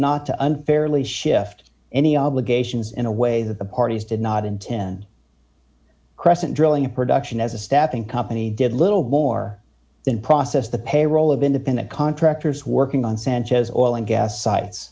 not to unfairly shift any obligations in a way that the parties did not intend crescent drilling and production as a stepping company did little more than process the payroll of independent contractors working on sanchez oil and gas sites